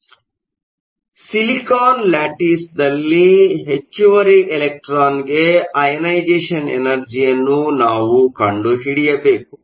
ಆದ್ದರಿಂದ ಸಿಲಿಕಾನ್ ಲ್ಯಾಟಿಸ್ನಲ್ಲಿ ಹೆಚ್ಚುವರಿ ಎಲೆಕ್ಟ್ರಾನ್ಗೆ ಅಯನೈಸೆಷನ್ ಎನರ್ಜಿಯನ್ನು ನಾವು ಕಂಡುಹಿಡಿಯಬೇಕು